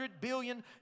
billion